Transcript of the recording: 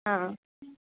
ఆ